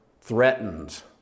threatened